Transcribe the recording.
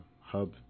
hub